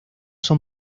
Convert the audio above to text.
son